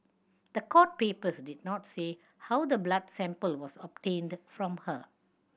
the court papers did not say how the blood sample was obtained from her